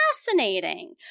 Fascinating